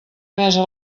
mesa